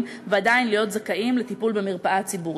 ועדיין להיות זכאים לטיפול במרפאה ציבורית.